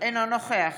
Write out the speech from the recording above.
אינו נוכח